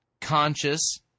conscious